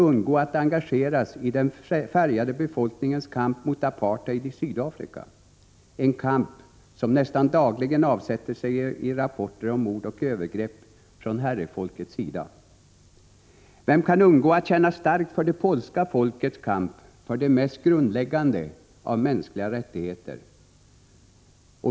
undgå att engageras i den färgade befolkningens kamp mot apartheid i Sydafrika, en kamp som nästan dagligen avsätter sig i rapporter om mord och övergrepp från herrefolkets sida? Vem kan undgå att känna starkt för det polska folkets kamp för de mest grundläggande av mänskliga rättigheter?